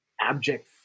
abject